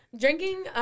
drinking